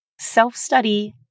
Self-study